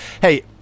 Hey